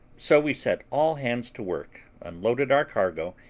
so we set all hands to work, unloaded our cargo,